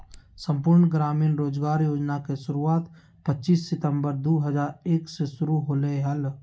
संपूर्ण ग्रामीण रोजगार योजना के शुरुआत पच्चीस सितंबर दु हज़ार एक मे शुरू होलय हल